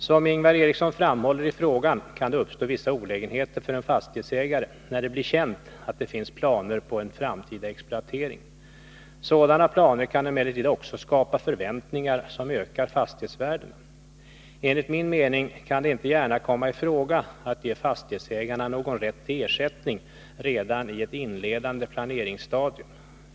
Som Ingvar Eriksson framhåller i frågan kan det uppstå vissa olägenheter för en fastighetsägare när det blir känt att det finns planer på en framtida exploatering. Sådana planer kan emellertid också skapa förväntningar som ökar fastighetsvärdena. Enligt min mening kan det inte gärna komma i fråga att ge fastighetsägarna någon rätt till ersättning redan i ett inledande planeringsstadium.